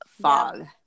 fog